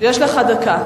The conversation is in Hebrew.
יש לך דקה.